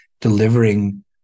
delivering